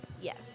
Yes